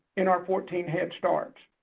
in our fourteen head starts.